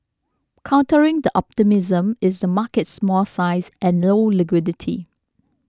countering the optimism is the market's small size and low liquidity